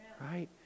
Right